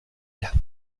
las